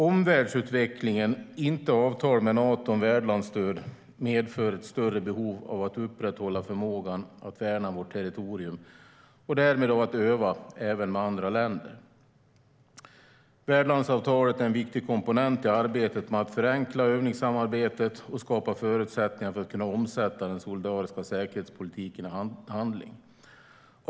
Omvärldsutvecklingen, inte avtal med Nato om värdlandsstöd, medför ett större behov av att upprätthålla förmågan att värna vårt territorium och därmed av att öva, även med andra länder. Värdlandsavtalet är en viktig komponent i arbetet med att förenkla övningssamarbetet och skapa förutsättningar för att kunna omsätta den solidariska säkerhetspolitiken i handling.